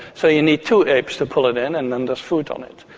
so you need two apes to pull it in and then there's food on it.